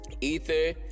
Ether